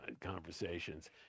conversations